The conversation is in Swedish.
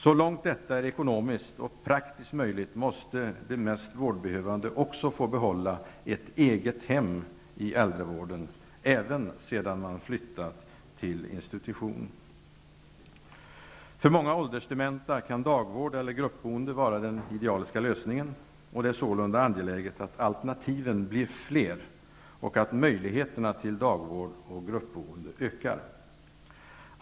Så långt detta är ekonomiskt och praktiskt möjligt måste de mest vårdbehövande också få behålla ett eget hem i äldrevården -- även sedan man flyttat till institution. För många åldersdementa kan dagvård eller gruppboende vara den idealiska lösningen. Det är sålunda angeläget att alternativen blir fler och att möjligheterna till dagvård och gruppboende ökar.